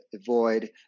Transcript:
avoid